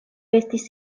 estis